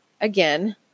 again